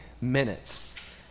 minutes